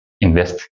invest